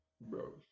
bro